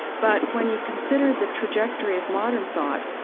but when you consider the trajectory of modern thought,